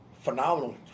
phenomenal